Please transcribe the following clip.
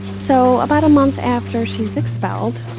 so about a month after she's expelled,